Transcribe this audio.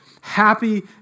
happy